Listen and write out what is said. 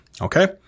okay